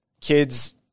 kids